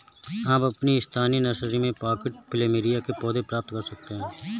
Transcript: आप अपनी स्थानीय नर्सरी में पॉटेड प्लमेरिया के पौधे प्राप्त कर सकते है